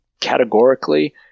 categorically